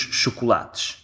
chocolates